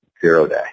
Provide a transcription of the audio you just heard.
zero-day